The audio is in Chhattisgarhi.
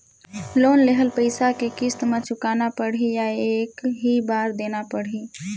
लोन लेहल पइसा के किस्त म चुकाना पढ़ही या एक ही बार देना पढ़ही?